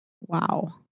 Wow